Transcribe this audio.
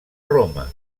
roma